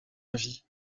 vit